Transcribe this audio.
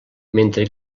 mentre